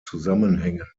zusammenhängen